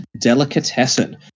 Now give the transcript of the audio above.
Delicatessen